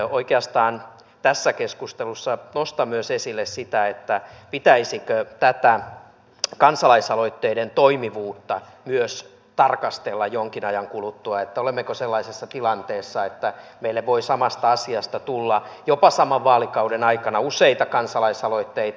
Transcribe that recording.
oikeastaan tässä keskustelussa nostan esille myös sitä pitäisikö myös tätä kansalaisaloitteiden toimivuutta tarkastella jonkin ajan kuluttua olemmeko sellaisessa tilanteessa että meille voi samasta asiasta tulla jopa saman vaalikauden aikana useita kansalaisaloitteita